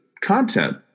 content